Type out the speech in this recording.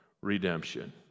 redemption